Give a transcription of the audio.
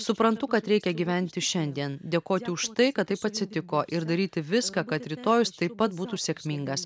suprantu kad reikia gyventi šiandien dėkoti už tai kad taip atsitiko ir daryti viską kad rytojus taip pat būtų sėkmingas